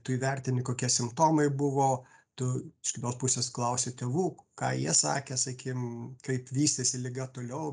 tu įvertini kokie simptomai buvo tu iš kitos pusės klausi tėvų ką jie sakė sakim kaip vystėsi liga toliau